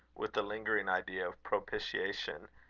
with a lingering idea of propitiation,